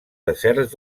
deserts